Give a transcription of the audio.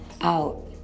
out